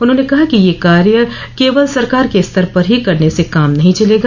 उन्होंने कहा कि यह कार्य केवल सरकार क स्तर पर ही करने से काम नहीं चलेगा